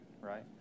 right